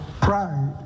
pride